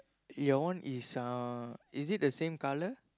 your one is uh is it the same colour